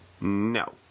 No